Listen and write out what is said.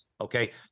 okay